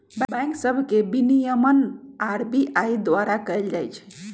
bank सभ के विनियमन आर.बी.आई द्वारा कएल जाइ छइ